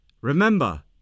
Remember